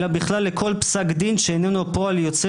אלא בכלל לכל פסק דין שאיננו פועל יוצא